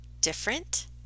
different